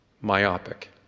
myopic